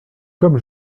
comme